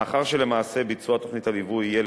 מאחר שלמעשה ביצוע תוכנית הליווי יהיה